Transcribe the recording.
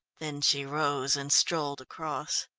then she rose and strolled across.